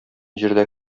җирдә